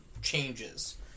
changes